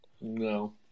No